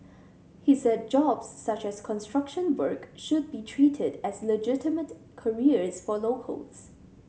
he said jobs such as construction work should be treated as legitimate careers for locals